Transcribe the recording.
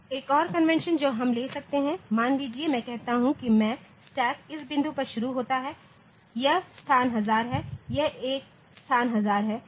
एक और कन्वेंशन जो हम ले सकते हैं मान लीजिए मैं कहता हूं कि मेरा स्टैक इस बिंदु पर शुरू होता है यह स्थान 1000 है यह एक स्थान 1000 है